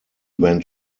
went